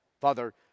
Father